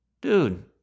Dude